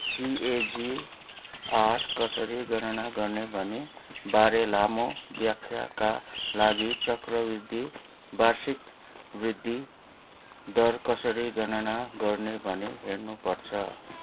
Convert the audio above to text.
CAGR कसरी गणना गर्ने भन्ने बारे लामो व्याख्याका लागि चक्रवृद्धि वार्षिक वृद्धि दर कसरी गणना गर्ने भनी हेर्नुपर्छ